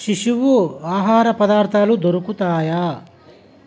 శిశువు ఆహార పదార్థాలు దొరుకుతాయా